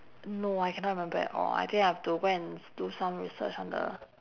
no I cannot remember at all I think I have to go and s~ do some research on the